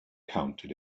counted